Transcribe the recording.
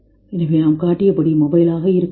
எனவே நாம் காட்டியபடி மொபைலாக இருக்க முடியும்